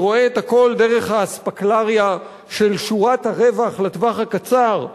שרואה את הכול דרך האספקלריה של שורת הרווח לטווח הקצר,